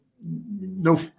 no